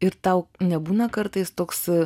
ir tau nebūna kartais toks